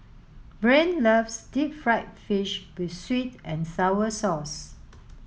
Brain loves deep fried fish with sweet and sour sauce